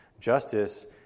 Justice